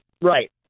Right